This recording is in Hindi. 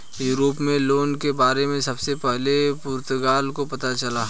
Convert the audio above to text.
यूरोप में लोन के बारे में सबसे पहले पुर्तगाल को पता चला